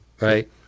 right